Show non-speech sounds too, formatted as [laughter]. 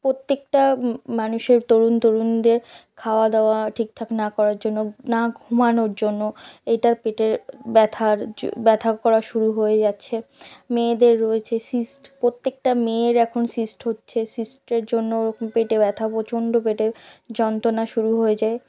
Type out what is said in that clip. প্রত্যেকটা মানুষের তরুণ তরুণীদের খাওয়া দাওয়া ঠিকঠাক না করার জন্য না ঘুমানোর জন্য এটা পেটের ব্যথার জ [unintelligible] ব্যথা করা শুরু হয়ে যাচ্ছে মেয়েদের রয়েছে সিস্ট প্রত্যেকটা মেয়ের এখন সিস্ট হচ্ছে সিস্টের জন্য পেটে ব্যথা প্রচণ্ড পেটে যন্ত্রণা শুরু হয়ে যায়